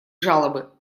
жалобы